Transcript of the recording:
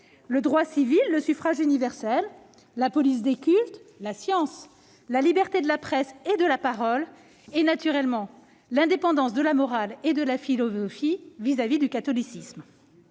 le droit civil, le suffrage universel, la police des cultes, la science, la liberté de la presse et de la parole, et, naturellement, l'indépendance de la morale et de la philosophie vis-à-vis du catholicisme.